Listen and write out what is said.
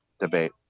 debate